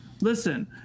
Listen